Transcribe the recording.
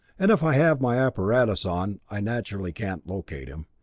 and if i have my apparatus on, i naturally can't locate him.